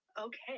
Okay